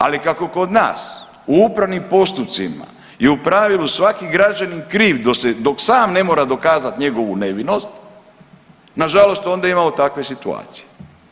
Ali kako kod nas u upravnim postupcima i u pravilu svaki građanin kriv dok sam ne mora dokazati njegovu nevinost nažalost onda imamo takve situacije.